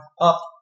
up